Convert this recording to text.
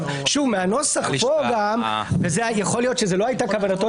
מהנוסח פה ויכול להיות שזאת לא הייתה כוונתו